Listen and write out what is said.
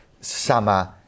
summer